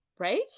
Right